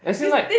as in like